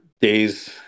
days